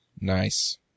Nice